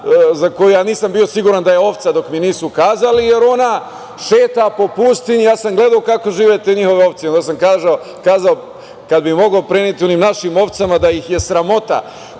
za koju ja nisam bio siguran da je ovca dok mi nisu kazali, jer ona šeta po pustinji. Ja sam gledao kako žive te njihove ovce, onda sam kazao, kada bih mogao preneti onim našim ovcama da ih je sramota